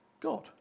God